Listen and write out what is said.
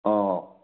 অঁ